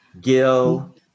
Gil